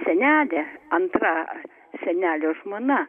senelė antra senelio žmona